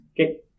Okay